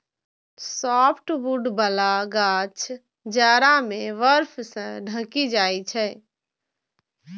softwood बला गाछ जाड़ा मे बर्फ सं ढकि जाइ छै